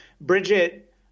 Bridget